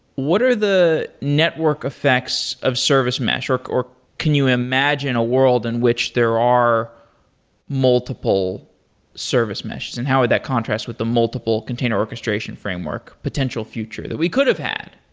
what are the network effects of service mesh, or can you imagine a world in which there are multiple service meshes and how would that contrast with the multiple container orchestration framework potential future that we could have had?